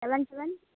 seven seven